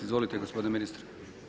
Izvolite gospodine ministre.